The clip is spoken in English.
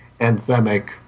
anthemic